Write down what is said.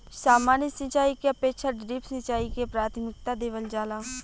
सामान्य सिंचाई के अपेक्षा ड्रिप सिंचाई के प्राथमिकता देवल जाला